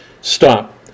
stop